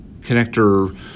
connector